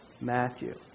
Matthew